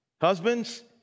Husbands